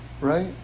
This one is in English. right